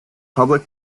public